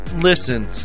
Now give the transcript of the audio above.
listen